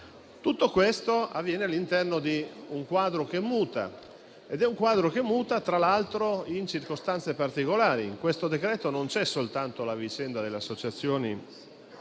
Tutto questo avviene all'interno di un quadro che muta, tra l'altro, in circostanze particolari. In questo decreto non c'è soltanto la vicenda delle associazioni professionali